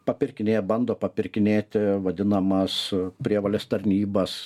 papirkinėja bando papirkinėti vadinamas prievolės tarnybas